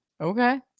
Okay